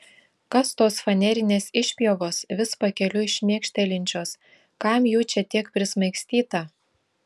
kas tos fanerinės išpjovos vis pakeliui šmėkštelinčios kam jų čia tiek prismaigstyta